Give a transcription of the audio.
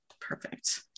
perfect